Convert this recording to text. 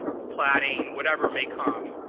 the platting, whatever may come.